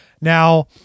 Now